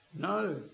no